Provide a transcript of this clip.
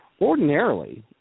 ordinarily